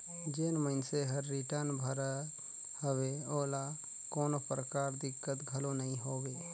जेन मइनसे हर रिटर्न भरत हवे ओला कोनो परकार दिक्कत घलो नइ होवे